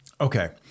Okay